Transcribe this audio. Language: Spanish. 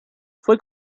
fue